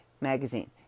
magazine